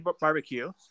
barbecue